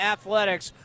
Athletics